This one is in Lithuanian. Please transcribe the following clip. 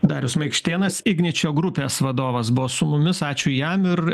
darius maikštėnas igničio grupės vadovas buvo su mumis ačiū jam ir